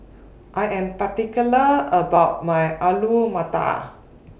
I Am particular about My Alu Matar